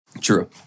true